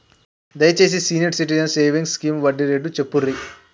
దయచేసి senior citizens savings scheme వడ్డీ rate చెప్పుర్రి